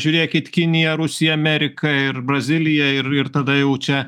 žiūrėkit kinija rusija amerika ir brazilija ir ir tada jau čia